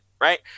Right